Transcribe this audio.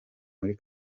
muri